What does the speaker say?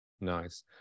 Nice